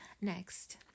Next